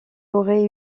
aurait